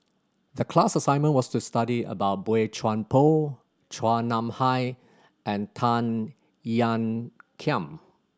the class assignment was to study about Boey Chuan Poh Chua Nam Hai and Tan Ean Kiam